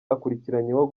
akurikiranyweho